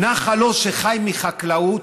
נחל עוז, שחי מחקלאות,